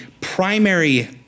primary